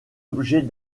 objets